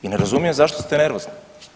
I ne razumijem zašto ste nervozni.